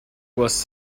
was